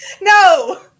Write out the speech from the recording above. No